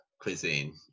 cuisine